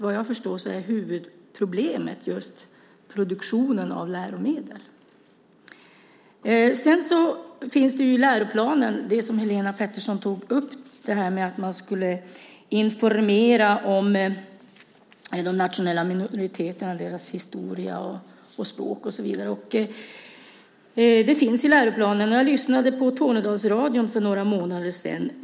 Vad jag förstår är huvudproblemet produktionen av läromedel. I läroplanen finns det som Helene Petersson tog upp om att man ska informera om de nationella minoriteterna, deras historia och språk. Det finns i läroplanen. Jag lyssnade på Tornedalsradion för några månader sedan.